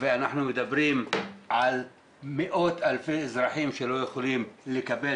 ואנחנו מדברים על מאות אלפי אזרחים שלא יכולים לקבל